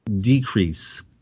decrease